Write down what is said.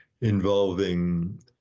involving